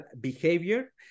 behavior